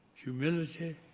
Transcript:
humility,